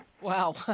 Wow